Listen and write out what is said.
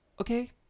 Okay